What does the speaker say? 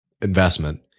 investment